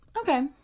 Okay